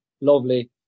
Lovely